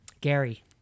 Gary